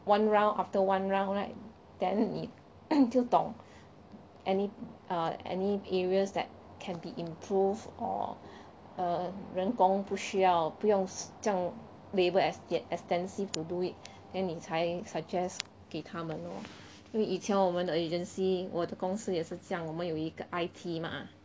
one round after one round right then 你 就懂 any err any areas that can be improved or err 人工不需要不用这样 labour exte~ extensive to do it then 你才 suggest 给他们咯因为以前我们的 agency 我的公司也是这样我们有一个 I_T mah